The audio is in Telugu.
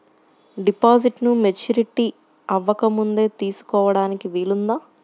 డిపాజిట్ను మెచ్యూరిటీ అవ్వకముందే తీసుకోటానికి వీలుందా?